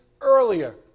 earlier